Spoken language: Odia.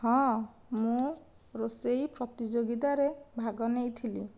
ହଁ ମୁଁ ରୋଷେଇ ପ୍ରତିଯୋଗିତାରେ ଭାଗ ନେଇଥିଲି